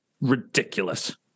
ridiculous